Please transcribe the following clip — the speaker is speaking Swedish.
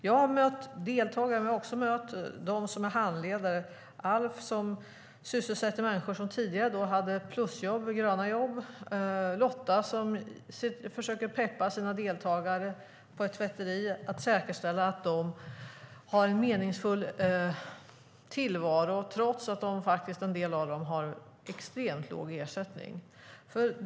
Jag har mött deltagare, och jag har också mött handledare, till exempel Alf, som sysselsätter människor som tidigare hade plusjobb och gröna jobb, Lotta, som försöker att peppa sina deltagare på ett tvätteri för att säkerställa att de har en meningsfull tillvaro, trots att en del av dem har extremt låg ersättning.